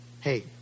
Hey